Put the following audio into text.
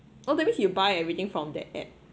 oh that means you buy everything from that app